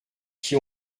qui